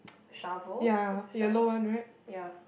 shovel is it shovel ya